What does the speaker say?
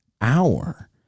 hour